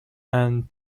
and